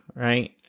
right